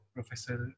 Professor